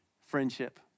friendship